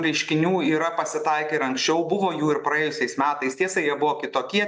reiškinių yra pasitaikę ir anksčiau buvo jų ir praėjusiais metais tiesa jie buvo kitokie